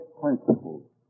principles